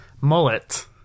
mullet